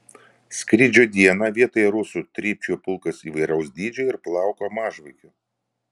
skrydžio dieną vietoj rusų trypčiojo pulkas įvairaus dydžio ir plauko mažvaikių